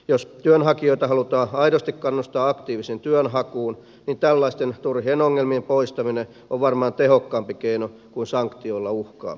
jos työnhakijoita halutaan aidosti kannustaa aktiiviseen työnhakuun niin tällaisten turhien ongelmien poistaminen on varmaan tehokkaampi keino kuin sanktioilla uhkaaminen